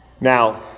Now